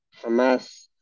Hamas